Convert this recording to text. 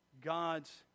God's